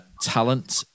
talent